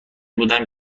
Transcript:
بودم